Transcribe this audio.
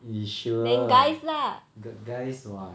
sure guys [what]